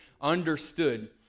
understood